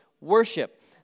worship